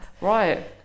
right